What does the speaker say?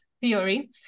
theory